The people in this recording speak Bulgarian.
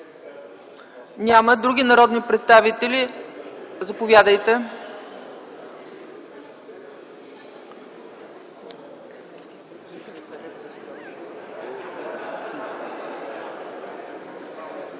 Няма. Други народни представители? Заповядайте.